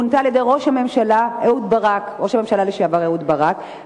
שמונתה על-ידי ראש הממשלה לשעבר אהוד ברק,